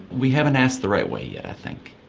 we haven't asked the right way yet i think.